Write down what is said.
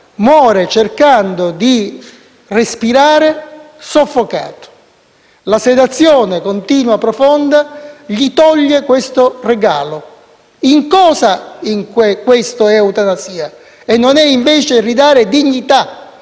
cercando di respirare. La sedazione continua e profonda gli toglie questo regalo. In cosa questo è eutanasia e non, invece, ridare dignità